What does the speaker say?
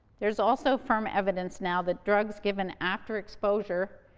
there's also firm evidence now that drugs given after exposure,